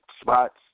spots